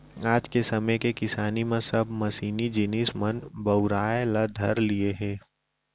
आज के समे के किसानी म सब मसीनी जिनिस मन बउराय ल धर लिये हें